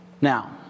Now